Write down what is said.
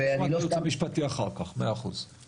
אז נשמע את הייעוץ המשפטי אחר כך, מאה אחוז.